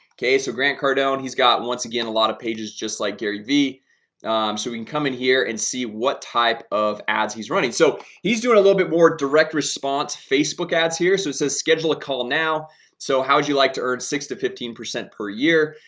okay, so grant cardone. he's got once again a lot of pages just like gary vee ah um so we can come in here and see what type of ad he's running so he's doing a little bit more direct response facebook ads here. so it says schedule a call now so how would you like to earn six to fifteen percent per year?